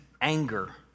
anger